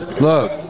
Look